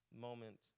moment